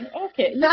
Okay